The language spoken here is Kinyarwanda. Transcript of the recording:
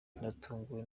natunguwe